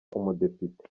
umudepite